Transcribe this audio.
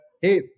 hey